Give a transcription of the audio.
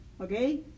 Okay